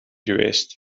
geweest